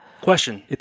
Question